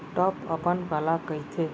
Top अपन काला कहिथे?